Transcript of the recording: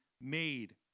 made